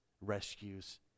rescues